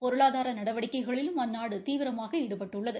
பொருளாதார நடவடிக்கைகளிலும் அந்நாடு தீவிரமாக ஈடுபட்டுள்ளது